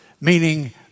Meaning